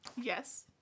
Yes